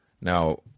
Now